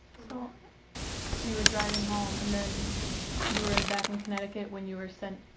so so you were driving home and then you were in, back in connecticut when you were sent.